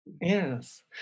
Yes